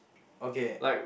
okay